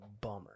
bummer